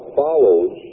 follows